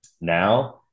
Now